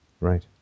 right